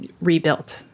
rebuilt